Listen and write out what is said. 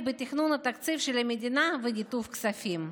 בתכנון התקציב של המדינה וניתוב כספים.